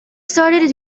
started